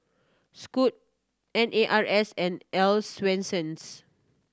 Scoot N A R S and Earl's Swensens